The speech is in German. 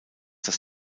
dass